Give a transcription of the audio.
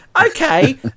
okay